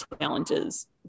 challenges